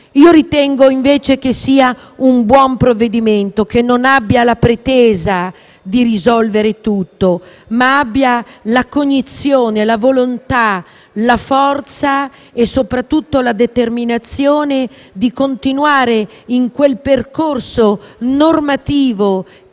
Ritengo si tratti di un buon provvedimento, che non abbia la pretesa di risolvere tutto, ma abbia la condizione, la volontà, la forza e, soprattutto, la determinazione di continuare in quel percorso normativo, che dura